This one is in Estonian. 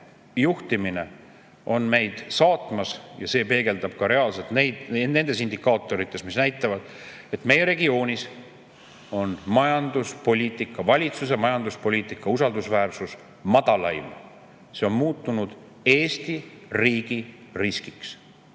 juhtimine on meid saatmas. See peegeldub reaalselt nendes indikaatorites, mis näitavad, et meie regioonis on meie valitsuse majanduspoliitika usaldusväärsus madalaim. See on muutunud Eesti riigi riskiks.